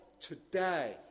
today